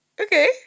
Okay